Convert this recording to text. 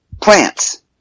plants